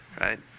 Right